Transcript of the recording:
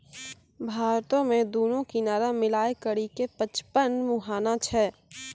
भारतो मे दुनू किनारा मिलाय करि के पचपन मुहाना छै